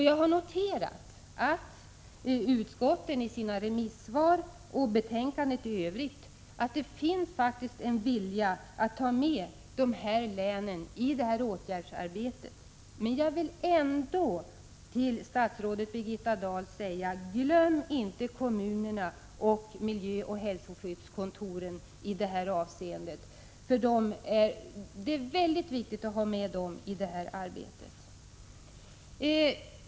Jag har noterat att de olika utskotten i sina yttranden till näringsutskottet liksom näringsutskottet självt har uttryckt en vilja att ta med länen i åtgärdsarbetet. Jag vill ändå till statsrådet Birgitta Dahl säga: Glöm inte kommunerna och miljöoch hälsoskyddskontoren i detta avseende! Det är väldigt viktigt att ha med dem i det här arbetet.